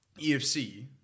EFC